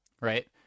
right